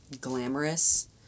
glamorous